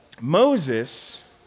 Moses